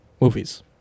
movies